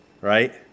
right